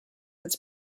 its